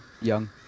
Young